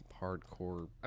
hardcore